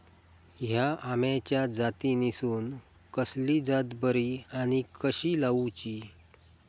हया आम्याच्या जातीनिसून कसली जात बरी आनी कशी लाऊची?